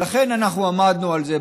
ואנחנו עמדנו על זה.